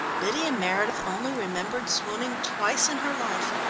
lydia meredith only remembered swooning twice in her life,